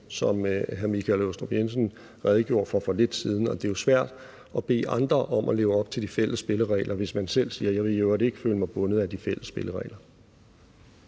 hr. Michael Aastrup Jensen redegjorde for for lidt siden. Og det er jo svært at bede andre om at leve op til de fælles spilleregler, hvis man selv siger, at man i øvrigt ikke vil føle sig bundet af de fælles spilleregler.